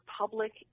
public